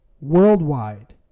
worldwide